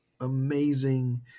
amazing